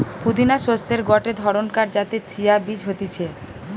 পুদিনা শস্যের গটে ধরণকার যাতে চিয়া বীজ হতিছে